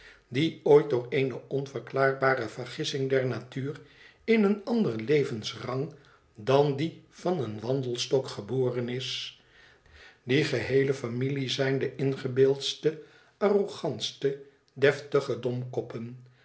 die ooit door eene onverklaarbare vergissing der natuur in een anderen levensrang dan dien van een wandelstok geboren is die geheele familie zijnde ingebeeldste arrogantste